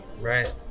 right